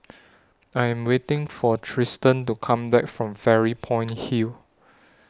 I Am waiting For Tristan to Come Back from Fairy Point Hill